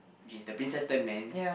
which is the princess turn man